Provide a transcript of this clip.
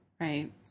Right